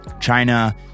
China